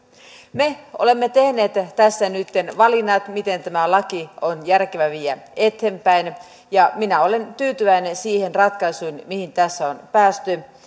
me olemme tehneet tässä nytten valinnat miten tämä laki on järkevä viedä eteenpäin ja minä olen tyytyväinen siihen ratkaisuun mihin tässä on päästy